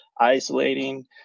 isolating